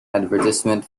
advertisement